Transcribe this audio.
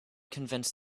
convince